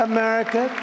America